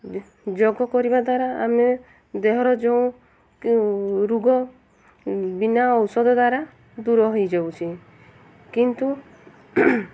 ଯୋଗ କରିବା ଦ୍ୱାରା ଆମେ ଦେହର ଯେଉଁ ରୋଗ ବିନା ଔଷଧ ଦ୍ୱାରା ଦୂର ହୋଇଯାଉଛି କିନ୍ତୁ